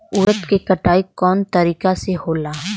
उरद के कटाई कवना तरीका से होला?